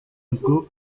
ngo